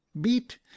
beat